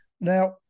Now